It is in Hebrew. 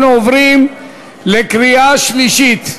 אנחנו עוברים לקריאה שלישית.